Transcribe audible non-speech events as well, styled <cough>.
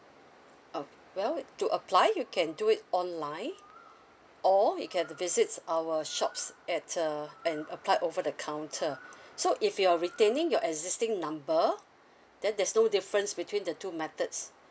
oh well to apply you can do it online or you can have a visits our shops at err and apply it over the counter <breath> so if you're retaining your existing number <breath> then there's no difference between the two methods <breath>